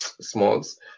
smalls